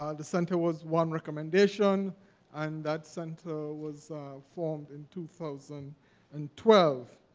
ah and center was one recommendation and that center was formed in two thousand and twelve.